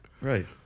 right